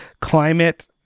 climate